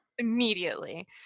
Immediately